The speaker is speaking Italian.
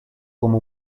come